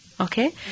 Okay